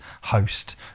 host